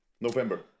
November